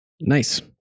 Nice